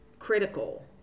critical